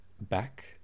back